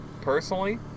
Personally